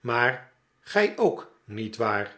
maar gij ook nietwaar